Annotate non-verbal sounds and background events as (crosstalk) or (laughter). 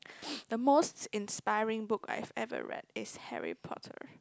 (noise) the most inspiring book I've ever read is Harry-Potter